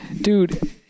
dude